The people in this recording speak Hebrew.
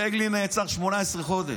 פייגלין נעצר ל-18 חודש.